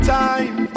time